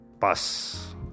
Pass